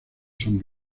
son